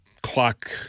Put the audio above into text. clock